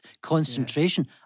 concentration